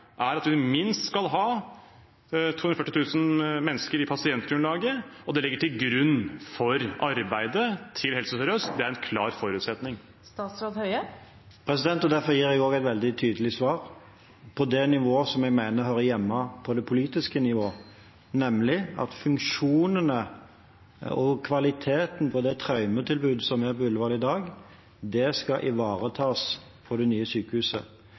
vi skal ha minst 240 000 mennesker i pasientgrunnlaget, og det ligger til grunn for arbeidet til Helse Sør-Øst. Det er en klar forutsetning.» Derfor gir jeg også et veldig tydelig svar, på et nivå som jeg mener hører hjemme på det politiske nivået, nemlig at funksjonene og kvaliteten på det traumetilbudet som er på Ullevål i dag, skal ivaretas på det nye sykehuset.